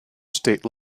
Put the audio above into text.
state